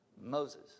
Moses